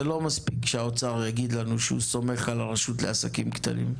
זה לא מספיק שהאוצר יגיד לנו שהוא סומך על הרשות לעסקים קטנים.